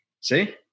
See